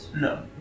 No